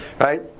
right